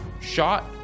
shot